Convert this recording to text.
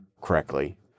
correctly